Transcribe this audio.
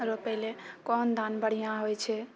रोपैले कोन धान बढ़िआँ होइ छै